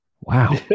Wow